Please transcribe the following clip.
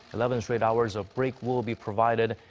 eleven straight hours of break will be provided,